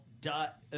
Dot